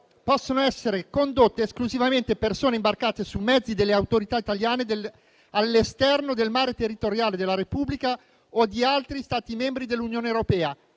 possono essere condotte esclusivamente persone imbarcate su mezzi delle autorità italiane all'esterno del mare territoriale della Repubblica o di altri Stati membri dell'Unione europea,